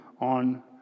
on